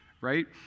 right